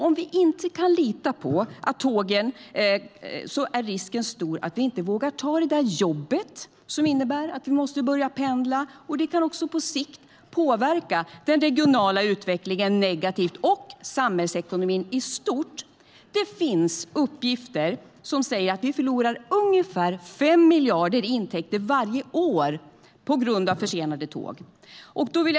Om vi inte kan lita på tågen är risken stor att vi inte vågar ta det där jobbet som innebär att vi måste börja pendla. Det kan också på sikt påverka den regionala utvecklingen negativt och samhällsekonomin i stort. Det finns uppgifter som säger att vi förlorar ungefär 5 miljarder i intäkter varje år på grund av försenade tåg. Herr talman!